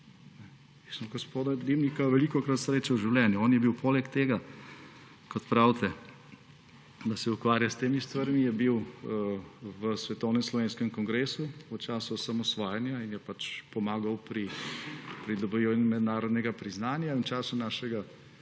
sem gospoda Dimnika velikokrat srečal v življenju. On je bil poleg tega, kot pravite, da se ukvarja s temi stvarmi, v Svetovnem slovenskem kongresu v času osamosvajanja in je pomagal pri pridobivanju mednarodnega priznanja. V času našega